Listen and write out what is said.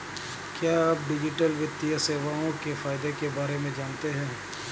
क्या आप डिजिटल वित्तीय सेवाओं के फायदों के बारे में जानते हैं?